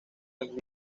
del